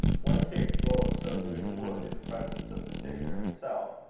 one capable of so doing would, in the presence of the saviour himself,